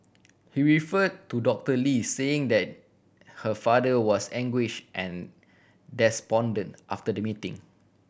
he refer to Doctor Lee saying that her father was anguish and despondent after the meeting